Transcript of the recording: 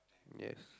yes